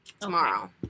Tomorrow